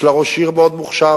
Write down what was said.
יש לה ראש עיר מאוד מוכשר,